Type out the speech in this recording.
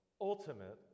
ultimate